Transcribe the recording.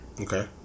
Okay